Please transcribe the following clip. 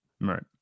Right